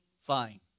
fine